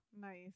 nice